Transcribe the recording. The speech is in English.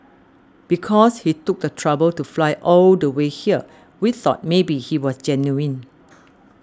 because he took the trouble to fly all the way here we thought maybe he was genuine